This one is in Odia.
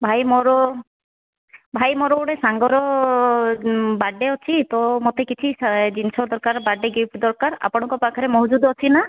ଭାଇ ମୋର ଭାଇ ମୋର ଗୋଟେ ସାଙ୍ଗର ବାର୍ଥଡ଼େ ଅଛି ତ ମୋତେ କିଛି ଜିନିଷ ଦରକାର ବାର୍ଥଡ଼େ ଗିଫ୍ଟ୍ ଦରକାର ଆପଣଙ୍କ ପାଖରେ ମହଜୁଦ୍ ଅଛି ନା